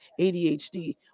ADHD